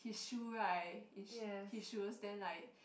his shoe right his shoes then like